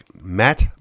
Matt